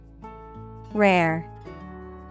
rare